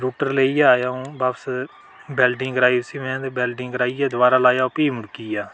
router लेइयै आया अ'ऊं बापस बैलडिंग कराइयै उसी मेंं ते बैलडिंग कराइयै दबारा लाया ओह् फ्ही मुड़की गेआ